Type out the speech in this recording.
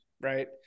right